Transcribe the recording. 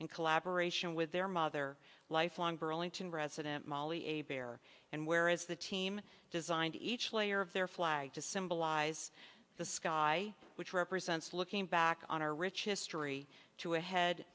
in collaboration with their mother lifelong burlington resident molly a bear and where is the team designed each layer of their flag to symbolize the sky which represents looking back on our rich history to ahead